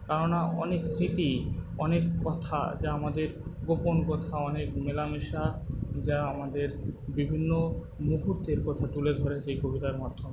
কেননা অনেক স্মৃতি অনেক কথা যা আমাদের গোপন কথা অনেক মেলা মেশা যা আমাদের বিভিন্ন মুহুর্তের কথা তুলে ধরেছে এই কবিতার মাধ্যমে